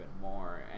more